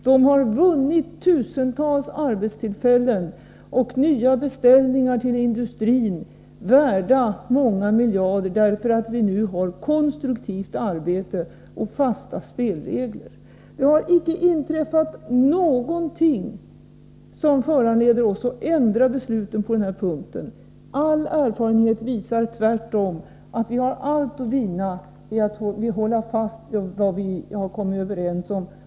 Men tusentals arbetstillfällen har vunnits, och industrin har fått nya beställningar värda många miljarder, därför att vi nu har konstruktivt arbete och fasta spelregler. Det har icke inträffat någonting som föranleder oss att ändra besluten på den här punkten. Tvärtom visar all erfarenhet att vi har allt att vinna på att hålla fast vid det som vi kommit överens om.